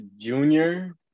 junior